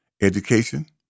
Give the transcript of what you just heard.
Education